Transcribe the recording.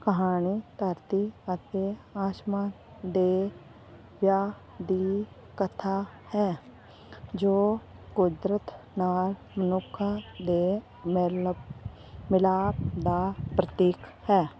ਕਹਾਣੀ ਧਰਤੀ ਅਤੇ ਆਸਮਾਨ ਦੇ ਵਿਆਹ ਦੀ ਕਥਾ ਹੈ ਜੋ ਕੁਦਰਤ ਨਾਲ ਮਨੁੱਖਾਂ ਦੇ ਮਿਲ ਮਿਲਾਪ ਦਾ ਪ੍ਰਤੀਕ ਹੈ